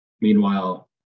meanwhile